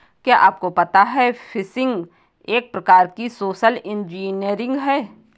क्या आपको पता है फ़िशिंग एक प्रकार की सोशल इंजीनियरिंग है?